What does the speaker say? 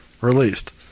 Released